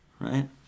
right